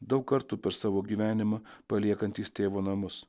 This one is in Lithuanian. daug kartų per savo gyvenimą paliekantys tėvo namus